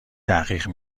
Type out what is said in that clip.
تحقیق